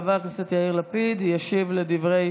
חבר הכנסת יאיר לפיד ישיב על דברי